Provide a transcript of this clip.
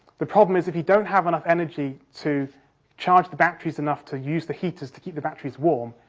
the problem is, if you don't have enough energy to charge the batteries enough to use the heaters to keep the batteries warm,